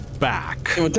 Back